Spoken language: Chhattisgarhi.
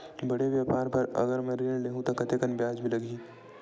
बड़े व्यापार बर अगर मैं ऋण ले हू त कतेकन ब्याज लगही?